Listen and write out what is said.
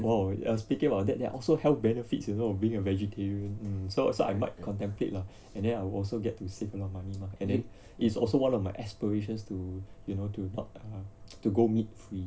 !wow! ya speaking about that there are also health benefits you know being a vegetarian so so I might contemplate lah and then I will also get to save enough money mah and then it is also one of my aspirations to you know to to go meat free